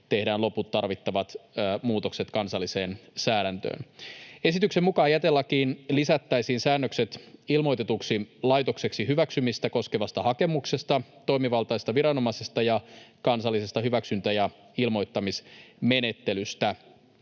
tehdään loput tarvittavat muutokset kansalliseen säädäntöön. Esityksen mukaan jätelakiin lisättäisiin säännökset ilmoitetuksi laitokseksi hyväksymistä koskevasta hakemuksesta, toimivaltaisesta viranomaisesta ja kansallisesta hyväksyntä- ja ilmoittamismenettelystä.